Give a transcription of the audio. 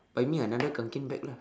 buy me another Kanken bag lah